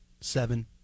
seven